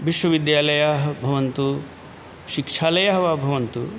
विश्वविद्यालयाः भवन्तु शिक्षालयाः वा भवन्तु